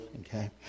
Okay